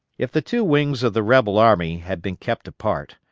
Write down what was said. if the two wings of the rebel army had been kept apart,